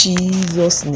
Jesus